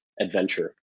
adventure